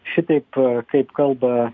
šitaip kaip kalba